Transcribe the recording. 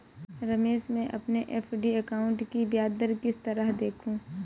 रमेश मैं अपने FD account की ब्याज दर किस तरह देखूं?